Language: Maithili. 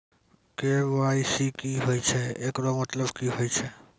के.वाई.सी की होय छै, एकरो मतलब की होय छै?